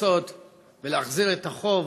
לנסות ולהחזיר את החוב